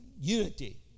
unity